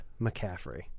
McCaffrey